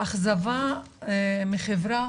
האכזבה מהחברה